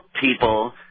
people